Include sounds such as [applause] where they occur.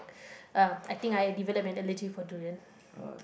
[breath] uh I think I develop an allergy for durian [breath]